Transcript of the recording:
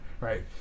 right